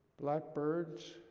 blackbirds,